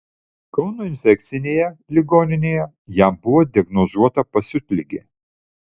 kauno infekcinėje ligoninėje jam buvo diagnozuota pasiutligė